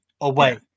away